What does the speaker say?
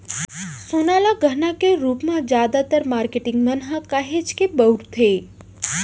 सोना ल गहना के रूप म जादातर मारकेटिंग मन ह काहेच के बउरथे